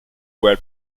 well